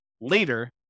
later